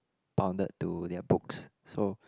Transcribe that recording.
bounded to their books so